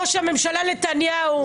ראש הממשלה נתניהו,